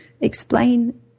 explain